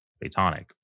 platonic